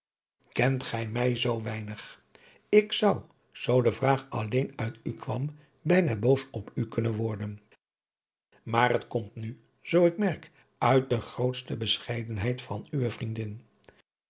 kent ge mij zoo weinig ik zou zoo de vraag alleen uit u kwam bijna boos op u kunnen worden maar het komt nu zoo ik merk uit de groote bescheidenheid van uwe vriendin